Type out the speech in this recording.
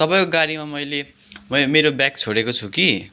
तपाईँको गाडीमा मैले वे मेरो ब्याग छोडेको छु कि